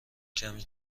کمی